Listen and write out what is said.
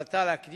הרביעי של הכנסת